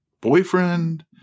boyfriend